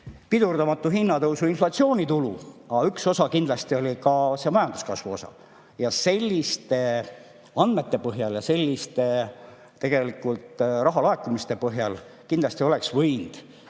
pidurdamatu hinnatõusu ja inflatsiooni tulu, aga üks osa kindlasti oli ka see majanduskasvu osa. Selliste andmete põhjal, selliste rahalaekumiste põhjal kindlasti oleks võinud